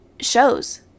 shows